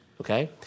Okay